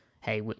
hey